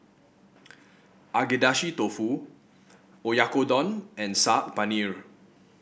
Agedashi Dofu Oyakodon and Saag Paneer